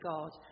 God